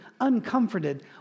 uncomforted